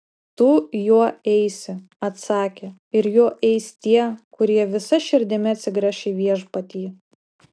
tu juo eisi atsakė ir juo eis tie kurie visa širdimi atsigręš į viešpatį